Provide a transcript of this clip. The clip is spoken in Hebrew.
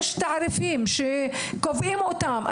יש תעריפים שקובעים אותם,